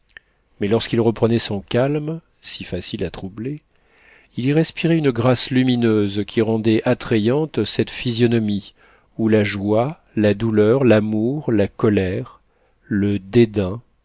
mais lorsqu'il reprenait son calme si facile à troubler il y respirait une grâce lumineuse qui rendait attrayante cette physionomie où la joie la douleur l'amour la colère le dédain